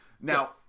now